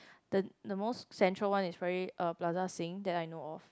the the most central one is very probably uh Plaza Sing that I know of